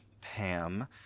Pam